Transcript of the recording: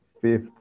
fifth